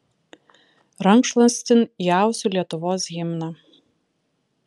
rankšluostin įausiu lietuvos himną